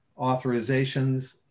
authorizations